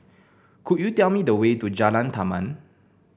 could you tell me the way to Jalan Taman